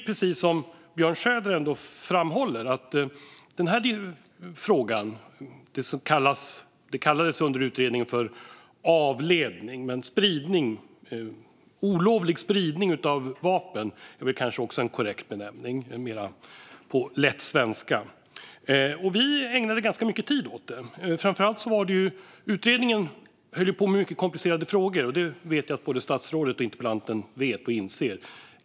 Precis som Björn Söder framhåller ägnade vi ganska mycket tid åt den här frågan, som i utredningen kallades för avledning, men olovlig spridning av vapen är kanske en mer korrekt benämning på lätt svenska. Utredningen höll på med mycket komplicerade frågor, och det vet jag att både statsrådet och interpellanten vet och inser.